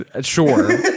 Sure